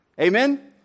Amen